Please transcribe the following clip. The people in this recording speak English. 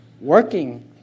working